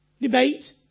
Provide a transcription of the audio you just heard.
debate